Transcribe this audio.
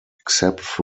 except